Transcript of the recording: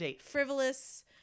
frivolous